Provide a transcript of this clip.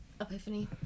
Epiphany